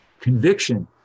conviction